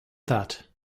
that